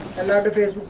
and that if the